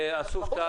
ואסופתא?